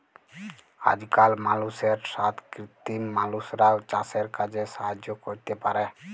আজকাল মালুষের সাথ কৃত্রিম মালুষরাও চাসের কাজে সাহায্য ক্যরতে পারে